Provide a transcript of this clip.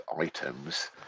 items